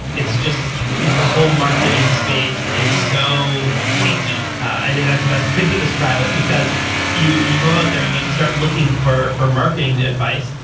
it's just the whole marketing space is so icky. i think that the best way to describe it, because you you go out there and you start looking for for marketing and advice,